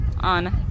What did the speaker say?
on